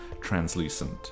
translucent